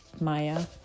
Maya